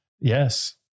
Yes